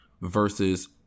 versus